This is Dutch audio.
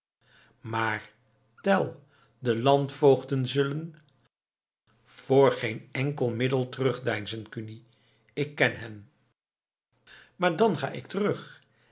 maar tell de landvoogden zullen voor geen enkel middel terugdeinzen kuni ik ken hen maar dan ga ik terug